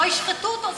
שלא ישחטו אותו,